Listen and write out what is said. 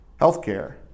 Healthcare